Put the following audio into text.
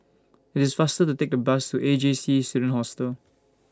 IT IS faster to Take The Bus to A J C Student Hostel